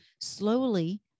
slowly